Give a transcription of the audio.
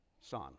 Son